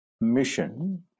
mission